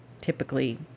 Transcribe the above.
typically